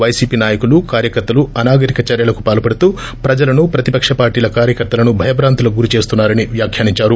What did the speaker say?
YCP నాయకులు కార్యకర్తలు అనాగరిక చర్యలకు పాల్పడుతూ ప్రజలను ప్రతిపక్ష పార్టీల కార్యకర్తలను భ్రయబ్రాంతులకు గురి చేస్తున్నా రని వ్యాఖ్యానించారు